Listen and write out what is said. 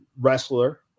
wrestler